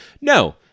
No